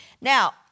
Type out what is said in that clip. Now